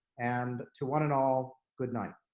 and to one and all, good night.